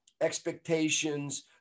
expectations